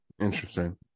Interesting